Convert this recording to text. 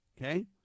okay